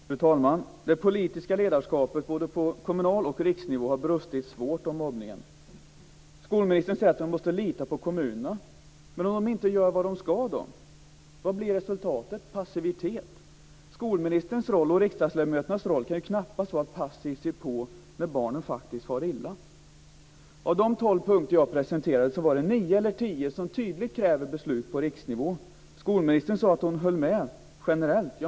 Fru talman! Det politiska ledarskapet både på lokal nivå och på riksnivå har brustit svårt vad gäller mobbningen. Skolministern säger att vi måste lita på kommunerna. Men om de inte gör vad de ska, vad blir då resultatet? Passivitet. Skolministerns och riksdagsledamöternas roll kan ju knappast vara att passivt se på när barnen faktiskt far illa. Av de tolv punkter som jag presenterade är det nio eller tio som tydligt kräver ett beslut på riksnivå. Skolministern sade att hon stödde dem generellt.